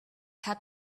had